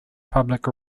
public